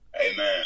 Amen